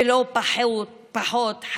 ולא פחות,